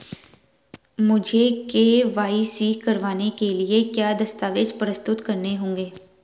मुझे के.वाई.सी कराने के लिए क्या क्या दस्तावेज़ प्रस्तुत करने होंगे?